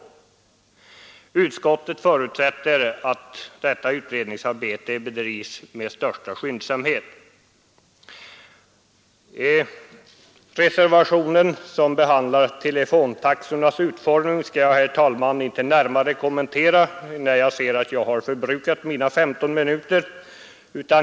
Utskottet förutsätter att detta utredningsarbete bedrivs med största skyndsamhet. Den reservation som behandlar telefontaxornas utformning skall jag, herr talman, inte närmare kommentera, eftersom jag ser att jag förbrukat mina 15 minuter.